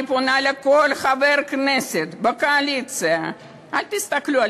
אני פונה לכל חבר כנסת בקואליציה: אל תסתכלו על